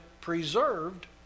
preserved